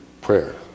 Prayer